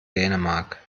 dänemark